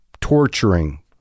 torturing